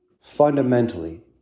fundamentally